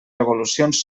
revolucions